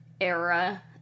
era